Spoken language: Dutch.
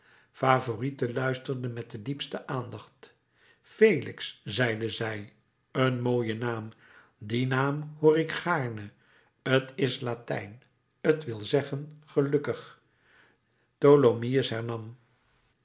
favourite luisterde met de diepste aandacht felix zeide zij een mooie naam dien naam hoor ik gaarne t is latijn t wil zeggen gelukkig tholomyès